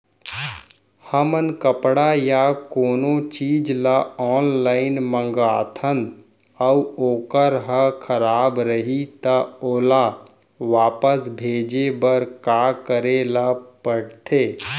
हमन कपड़ा या कोनो चीज ल ऑनलाइन मँगाथन अऊ वोकर ह खराब रहिये ता ओला वापस भेजे बर का करे ल पढ़थे?